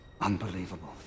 Unbelievable